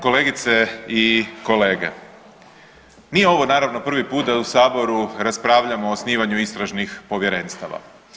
Kolegice i kolege, nije ovo naravno prvi put da u saboru raspravljamo o osnivanju istražnih povjerenstava.